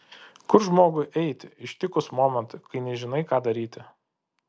kur žmogui eiti ištikus momentui kai nežinai ką daryti